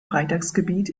freitagsgebet